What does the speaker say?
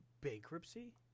bankruptcy